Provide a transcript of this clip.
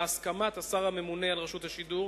בהסכמת השר הממונה על רשות השידור,